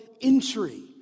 entry